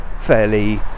fairly